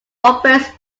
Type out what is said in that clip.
operates